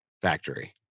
factory